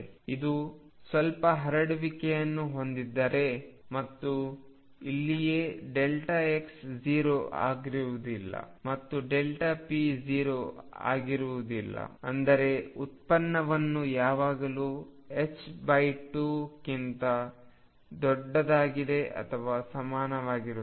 ಇದು ಸ್ವಲ್ಪ ಹರಡುವಿಕೆಯನ್ನು ಹೊಂದಿದೆ ಮತ್ತು ಇಲ್ಲಿಯೇ x 0 ಆಗುವುದಿಲ್ಲ ಮತ್ತು p 0 ಆಗುವುದಿಲ್ಲ ಆದರೆ ಉತ್ಪನ್ನವು ಯಾವಾಗಲೂ 2 ಕ್ಕಿಂತ ದೊಡ್ಡದಾಗಿದೆ ಅಥವಾ ಸಮನಾಗಿರುತ್ತದೆ